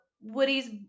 Woody's